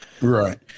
Right